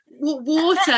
water